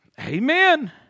Amen